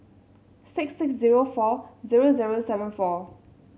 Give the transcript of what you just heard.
six six zero four zero zero seven four